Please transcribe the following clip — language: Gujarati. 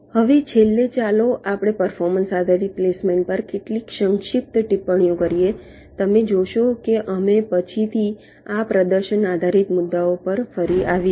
હવે છેલ્લે ચાલો આપણે પર્ફોર્મન્સ આધારિત પ્લેસમેન્ટ પર કેટલીક સંક્ષિપ્ત ટિપ્પણીઓ કરીએ તમે જોશો કે અમે પછીથી આ પ્રદર્શન આધારિત મુદ્દાઓ પર ફરી આવીશું